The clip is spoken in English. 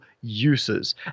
uses